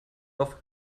auf